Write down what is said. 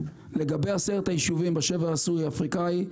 לגבי 10 היישובים בשבר הסורי-אפריקני,